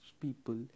people